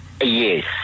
Yes